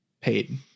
paid